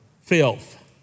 filth